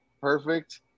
perfect